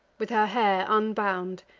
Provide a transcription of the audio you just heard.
with her hair unbound,